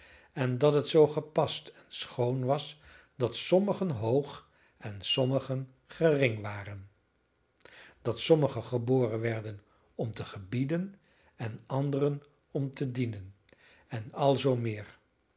en dat het zoo gepast en schoon was dat sommigen hoog en sommigen gering waren dat sommigen geboren werden om te gebieden en anderen om te dienen en alzoo meer